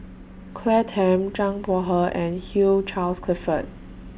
Claire Tham Zhang Bohe and Hugh Charles Clifford